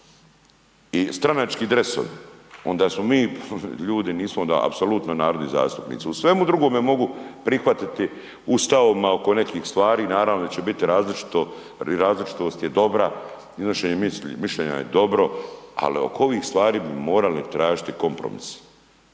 i stranački dresovi, onda smo mi ljudi nismo apsolutno narodni zastupnici, u svemu drugome mogu prihvatiti u stavovima oko nekih stvari, naravno da će biti različito, različitost je dobra, iznošenje mišljenja je dobro ali oko ovih stvari bi morali tražiti kompromis